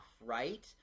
right